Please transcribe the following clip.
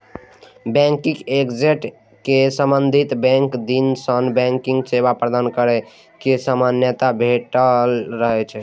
banking agent कें संबंधित bank दिस सं बैंकिंग सेवा प्रदान करै के मान्यता भेटल रहै छै